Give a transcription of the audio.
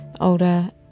older